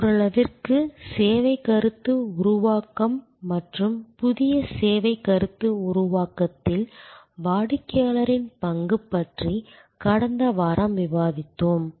ஓரளவிற்கு சேவை கருத்து உருவாக்கம் மற்றும் புதிய சேவை கருத்து உருவாக்கத்தில் வாடிக்கையாளரின் பங்கு பற்றி கடந்த வாரம் விவாதித்தோம்